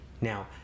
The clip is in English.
Now